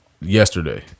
yesterday